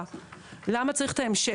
למה צריך את ההמשך?